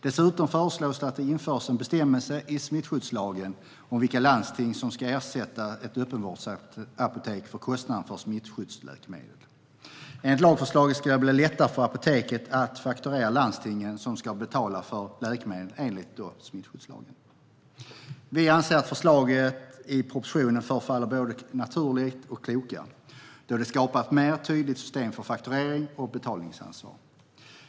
Dessutom föreslås det att det införs en bestämmelse i smittskyddslagen om vilka landsting som ska ersätta öppenvårdsapoteken för kostnader för smittskyddsläkemedel. Enligt lagförslaget ska det bli lättare för apoteken att fakturera landstingen som ska betala för läkemedlen enligt smittskyddslagen. Vi anser att förslagen i propositionen förefaller vara både naturliga och kloka då de skapar ett mer tydligt system för fakturering och betalningsansvar.